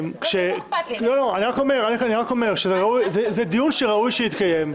זה דיון שראוי שיתקיים,